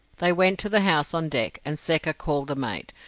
they went to the house on deck, and secker called the mate,